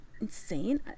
insane